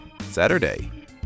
saturday